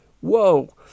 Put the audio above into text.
whoa